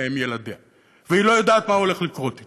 בילדיה והיא לא יודעת מה הולך לקרות אתה,